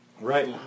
Right